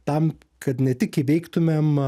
tam kad ne tik įveiktumėm